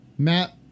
Matt